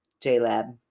J-Lab